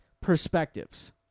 perspectives